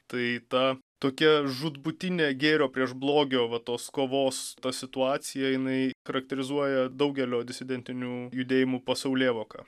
tai ta tokia žūtbūtinė gėrio prieš blogio va tos kovos ta situacija jinai charakterizuoja daugelio disidentinių judėjimų pasaulėvoką